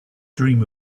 dream